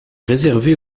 réservée